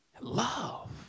love